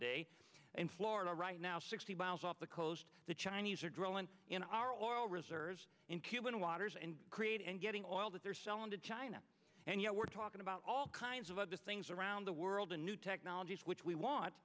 day in florida right now sixty miles off the coast the chinese are drilling in our oil reserves in cuban waters and creating and getting oil that they're selling to china and you know we're talking about all kinds of other things around the world and new technologies which we wa